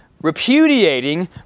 repudiating